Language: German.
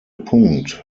punkt